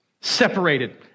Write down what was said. Separated